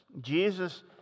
Jesus